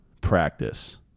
practice